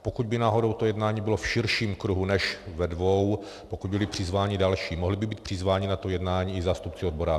Pokud by náhodou to jednání bylo v širším kruhu než ve dvou, pokud byli přizváni další, mohli být přizváni na to jednání i zástupci odborářů?